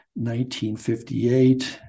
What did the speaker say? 1958